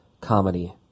comedy